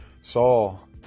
Saul